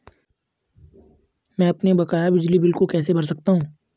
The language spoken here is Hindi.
मैं अपने बकाया बिजली बिल को कैसे भर सकता हूँ?